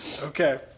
Okay